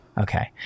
Okay